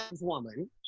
woman